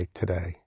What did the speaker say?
today